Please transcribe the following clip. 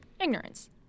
ignorance